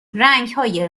رنگهای